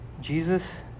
Jesus